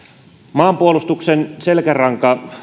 maanpuolustuksen selkäranka